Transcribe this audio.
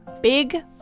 Big